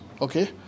Okay